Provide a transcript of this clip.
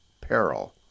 peril